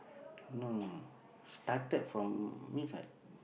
no no no started from